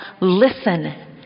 listen